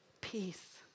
peace